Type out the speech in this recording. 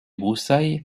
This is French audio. broussailles